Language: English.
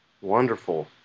Wonderful